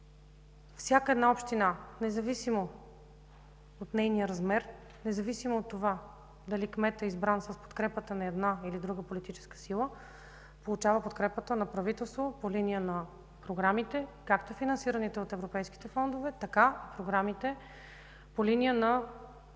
всяка една община, независимо от нейния размер, независимо от това дали кметът е избран с подкрепата на една или друга политическа сила, получава подкрепата на правителството по линия на програмите, както финансираните от европейските фондове, така и тези по линия на